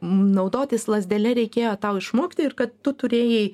naudotis lazdele reikėjo tau išmokti ir kad tu turėjai